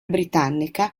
britannica